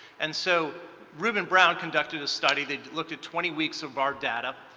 and so ruben brown conducted a study that looked at twenty weeks of our data.